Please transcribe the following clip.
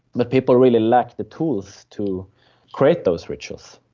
but people really lack the tools to create those rituals,